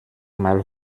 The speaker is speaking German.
mal